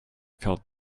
felt